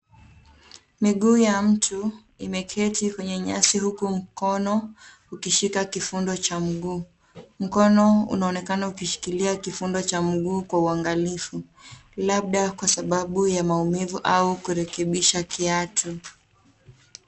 Miguu ya mtu imeketi kwenye nyasi, huku mkono ukishika kifundo cha mguu. Mkono unonekana ukishikili kifundo cha mguu kwa uangalifu, labda kwa sababu ya maumivu au kurekebisha kiatu.